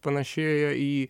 panašėja į